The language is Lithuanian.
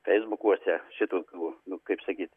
feisbukuose šitokių nu kaip sakyt